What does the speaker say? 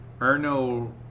Erno